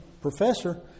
professor